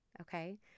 Okay